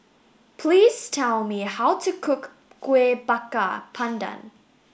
please tell me how to cook Kueh Bakar Pandan